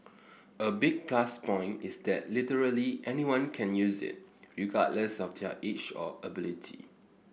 a big plus point is that literally anyone can use it regardless of their age or ability